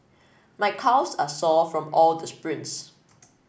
my calves are sore from all the sprints